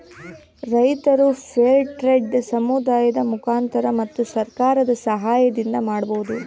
ರೈತರು fair trade ಸಮುದಾಯದ ಮುಖಾಂತರ ಮತ್ತು ಸರ್ಕಾರದ ಸಾಹಯದಿಂದ ಮಾಡ್ಬೋದು